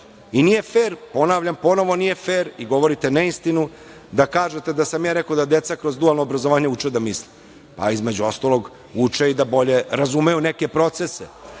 o tome odluče. Ponavljam, nije fer i govorite neistinu da kažete da sam rekao da deca kroz dualno obrazovanje uče da misle. Između ostalog, uče i da bolje razumeju neke procese. Ne